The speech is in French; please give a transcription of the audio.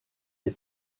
des